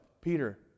Peter